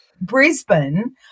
Brisbane